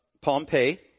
Pompey